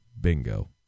Bingo